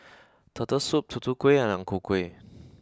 Turtle Soup Tutu Kueh and Ang Ku Kueh